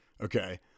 Okay